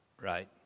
right